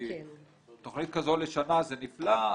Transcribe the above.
כי תוכנית כזו לשנה זה נפלא,